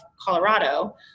Colorado